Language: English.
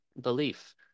belief